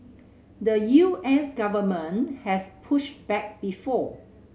the U S government has pushed back before